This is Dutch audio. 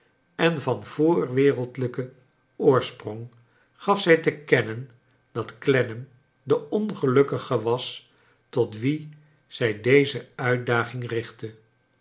en ran voorwereldlijken oorsprong gaf zij te kennen dat clennam de ongelukkige was tot wien zij deze uitdaging richtte